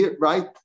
right